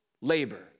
labor